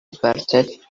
separated